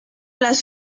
las